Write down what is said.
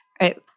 right